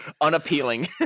unappealing